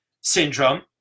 syndrome